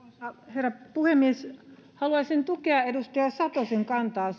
herra puhemies haluaisin tukea edustaja satosen kantaa